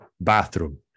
bathroom